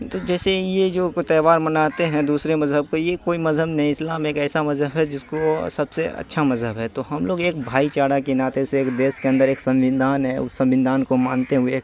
تو جیسے یہ جو تہوار مناتے ہیں دوسرے مذہب کو یہ کوئی مذہب نہیں اسلام ایک ایسا مذہب ہے جس کو سب سے اچھا مذہب ہے تو ہم لوگ ایک بھائی چارہ کے ناطے سے ایک دیش کے اندر ایک سنویدھان ہے اس سنویدھان کو مانتے ہوئےایک